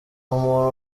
umuntu